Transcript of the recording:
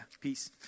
peace